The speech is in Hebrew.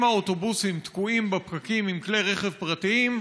אם האוטובוסים תקועים בפקקים עם כלי רכב פרטיים,